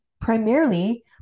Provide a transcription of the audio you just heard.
primarily